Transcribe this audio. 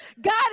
God